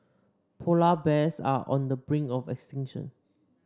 polar bears are on the brink of extinction